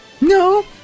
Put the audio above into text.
no